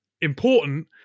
important